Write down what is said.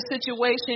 situation